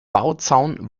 bauzaun